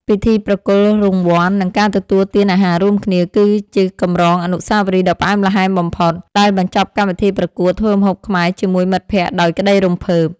ពិធីប្រគល់រង្វាន់ និងការទទួលទានអាហាររួមគ្នា គឺជាកម្រងអនុស្សាវរីយ៍ដ៏ផ្អែមល្ហែមបំផុត ដែលបញ្ចប់កម្មវិធីប្រកួតធ្វើម្ហូបខ្មែរជាមួយមិត្តភក្តិដោយក្ដីរំភើប។